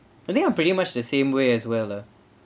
I think I'm pretty much the same way as well lah